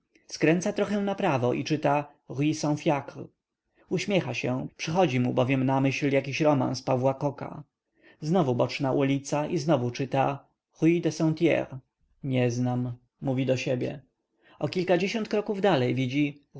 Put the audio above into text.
skręca trochę naprawo i czyta rue st fiacre uśmiecha się przychodzi mu bowiem na myśl jakiś romans pawła kocka znowu boczna ulica i znowu czyta rue du sentier nie znam mówi do siebie o kilkadziesiąt kroków dalej widzi